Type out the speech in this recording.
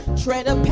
tread a.